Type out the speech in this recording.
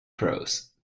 prose